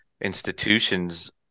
institutions